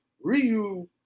Ryu